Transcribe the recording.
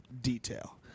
detail